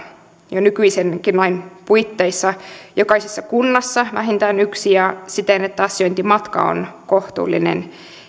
jo nykyisenkin lain puitteissa jokaisessa kunnassa vähintään yksi ja siten että asiointimatka on kohtuullinen